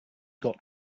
got